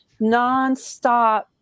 nonstop